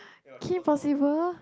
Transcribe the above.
Kim Possible